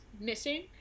missing